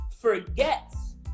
Forgets